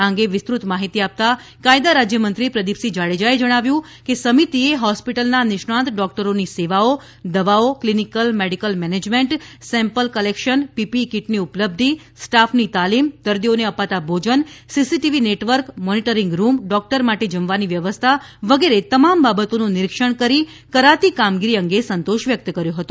આ અંગે વિસ્તૃત માહિતી આપતા કાયદા રાજ્યમંત્રી પ્રદીપસિંહ જાડેજાએ જણાવ્યું કે સમિતિએ હોસ્પિટલના નિષ્ણાંત ડોક્ટરોની સેવાઓ દવાઓ clinical medical management sample collection PPE કીટની ઉપલબ્ધિ સ્ટાફની તાલીમ દર્દીઓને અપાતા ભોજન CCTV network monitoring room doctor માટે જમવાની વ્યવસ્થા વગેરે તમામ બાબતોનું નિરીક્ષણ કરી કરાતી કામગીરી અંગે સંતોષ વ્યક્ત કર્યો હતો